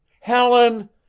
Helen